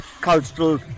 cultural